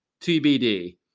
TBD